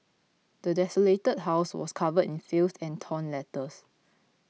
the desolated house was covered in filth and torn letters